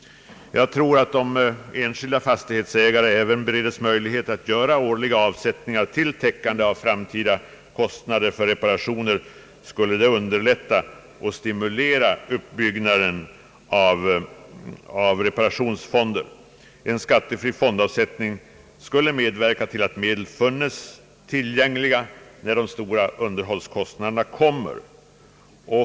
Jag tror att om även enskilda fastighetsägare bereddes möjlighet att göra årliga avsättningar till täckande av framtida kostnader för reparationer skulle detta underlätta och stimulera uppbyggnaden av reparationsfonder. En skattefri fondavsättning skulle medverka till att medel funnes tillgängliga när de stora underhållskostnaderna kommer.